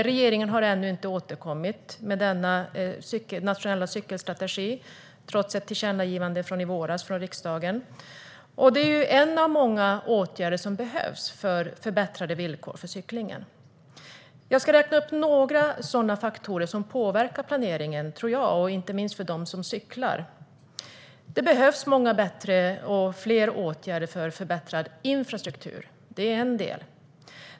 Regeringen har ännu inte återkommit med denna nationella cykelstrategi, trots ett tillkännagivande från riksdagen i våras. Det är en av många åtgärder som behövs för förbättrade villkor för cyklingen. Jag ska räkna upp några faktorer som jag tror påverkar planeringen, inte minst för dem som cyklar. Det behövs bättre och många fler åtgärder för förbättrad infrastruktur. Det är en faktor.